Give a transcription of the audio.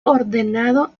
ordenado